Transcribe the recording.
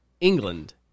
England